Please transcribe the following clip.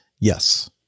Yes